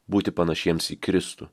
būti panašiems į kristų